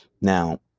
Now